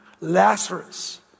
Lazarus